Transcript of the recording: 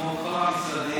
כמו כל המשרדים,